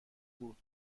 بود